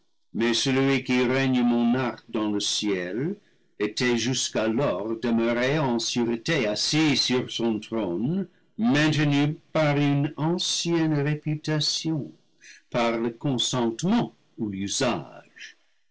mais celui qui règne monarque dans le ciel était jusqu'alors demeuré en sûreté assis sur son trône maintenu par une ancienne réputation par le consentement ou l'usage